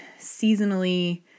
seasonally